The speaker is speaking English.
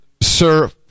Sir